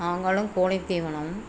நாங்களும் கோழித் தீவனம்